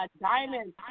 Diamond